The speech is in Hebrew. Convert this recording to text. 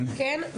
כן.